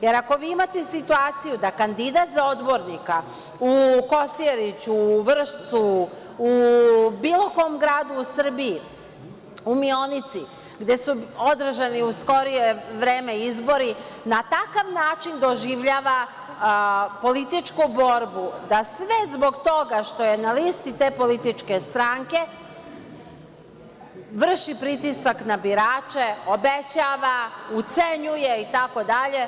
Jer, ako vi imate situaciju da kandidat za odbornika u Kosjeriću, u Vršcu, u bilo kome gradu u Srbiji, u Mionici, gde su održani u skorije vreme izbori, na takav način doživljava političku borbu da sve zbog toga što je na listi te političke stranke vrši pritisak na birače, obećava, ucenjuje, itd.